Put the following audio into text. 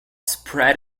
spread